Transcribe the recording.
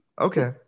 okay